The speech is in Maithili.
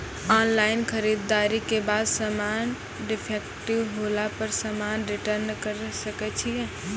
ऑनलाइन खरीददारी के बाद समान डिफेक्टिव होला पर समान रिटर्न्स करे सकय छियै?